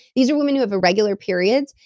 these are women who have irregular periods,